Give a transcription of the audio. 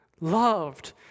loved